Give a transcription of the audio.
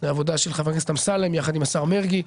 עבודה של חבר הכנסת אמסלם יחד עם השר מרגי.